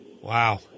Wow